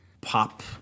pop